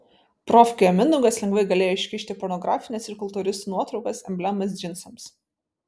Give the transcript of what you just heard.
profkėje mindaugas lengvai galėjo iškišti pornografines ir kultūristų nuotraukas emblemas džinsams